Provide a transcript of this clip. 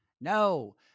No